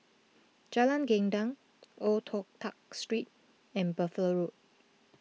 Jalan Gendang Old Toh Tuck Street and Buffalo Road